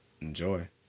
Enjoy